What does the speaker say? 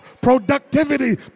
productivity